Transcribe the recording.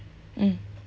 mm